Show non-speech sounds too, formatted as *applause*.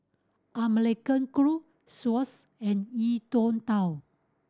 American Crew Swatch and E *unintelligible* Twow